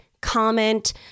comment